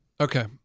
Okay